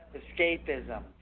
escapism